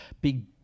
big